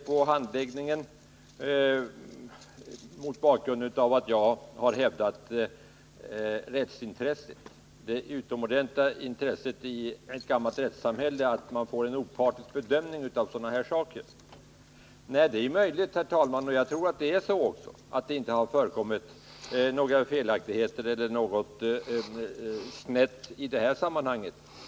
Med anledning av att jag har hävdat rättsintresset, det utomordentliga intresset i ett gammalt rättssamhälle av att få en opartisk bedömning av sådana här saker, säger Hans Pettersson i Helsingborg att det inte hittills har visat sig vara något fel på handläggningen. Det är möjligt — jag tror det — att det inte har förekommit några felaktigheter eller att någonting gått snett i detta sammanhang.